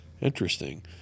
Interesting